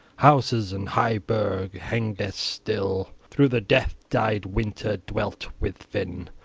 houses and high burg. hengest still through the death-dyed winter dwelt with finn,